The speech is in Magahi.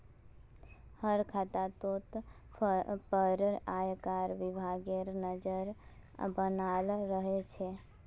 हर खातातोत पर आयकर विभागेर नज़र बनाल रह छे